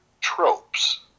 tropes